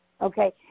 Okay